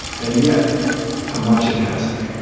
and yet how much it hasn't.